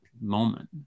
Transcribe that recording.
moment